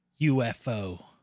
UFO